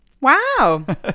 Wow